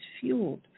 fueled